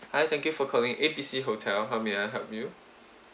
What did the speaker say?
hi thank you for calling A B C hotel how may I help you